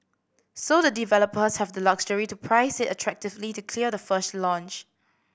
so the developers have the luxury to price it attractively to clear the first launch